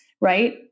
right